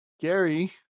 Gary